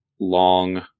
long